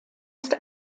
ist